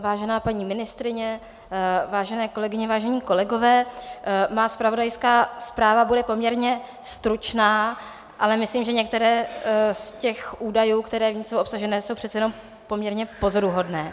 Vážená paní ministryně, vážené kolegyně, vážení kolegové, má zpravodajská zpráva bude poměrně stručná, ale myslím, že některé z těch údajů, které v ní jsou obsažené, jsou přece jenom poměrně pozoruhodné.